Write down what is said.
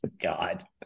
God